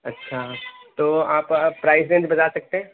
اچھا تو آپ پرائز رینج بتا سکتے